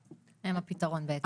למה אני אומרת יש מאין?